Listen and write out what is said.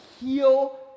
heal